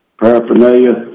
paraphernalia